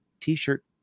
T-shirt